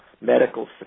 medical